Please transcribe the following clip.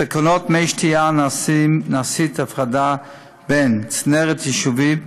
בתקנות מי שתייה נעשית הפרדה בין צנרת יישובית,